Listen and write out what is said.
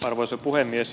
arvoisa puhemies